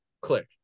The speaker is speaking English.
Click